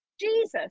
Jesus